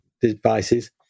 devices